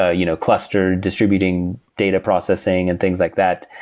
ah you know clustered distributing, data processing and things like that.